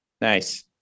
nice